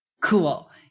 cool